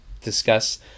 discuss